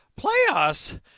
playoffs